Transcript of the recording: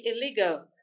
illegal